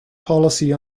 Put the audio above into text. policy